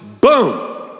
boom